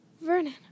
Vernon